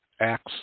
acts